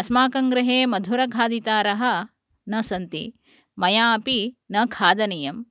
अस्माकं गृहे मधुरखादितारः न सन्ति मयापि न खादनीयम्